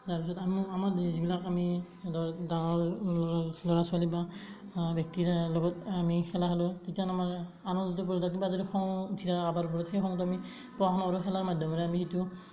তাৰ পিছত আমাৰ যিবিলাক আমি ডাঙৰ ল'ৰা ছোৱালী বা ব্যক্তিজনৰ লগত আমি খেলা খেলোঁ তেতিয়া আমাৰ আনৰ ওপৰত যদি কিবা খং উঠি থাকে কাৰোবাৰ ওপৰত সেই খংটো আমি প্ৰকাশ নকৰো খেলাৰ মাধ্যমেৰে আমি সেইটো